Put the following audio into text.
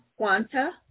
Guanta